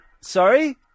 Sorry